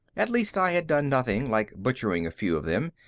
at least i had done nothing, like butchering a few of them,